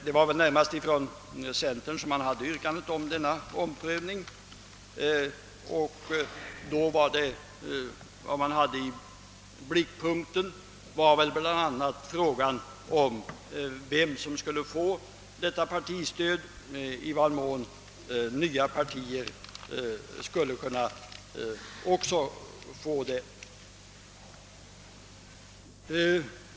Det var väl närmast från centern som en sådan omprövning hade yrkats, och vad man då hade i blickpunkten var bl.a. frågan, vem som skulle få parti stöd, det vill säga i vad mån nya partier också skulle kunna få det.